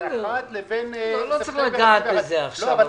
2021 לספטמבר 2021. לא צריך לגעת בזה עכשיו.